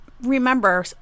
remember